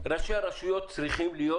ראשי הרשויות צריכים להיות